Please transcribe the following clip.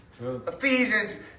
Ephesians